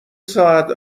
ساعت